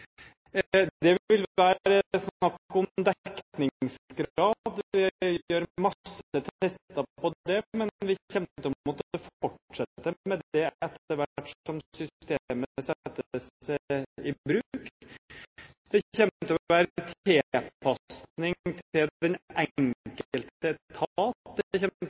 Det vil være snakk om dekningsgrad. Vi gjør mange tester på det, men vi kommer til å måtte fortsette med det etter hvert som systemet settes i bruk. Det kommer til å være tilpasning til den enkelte